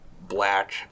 black